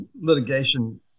litigation